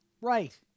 Right